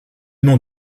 nom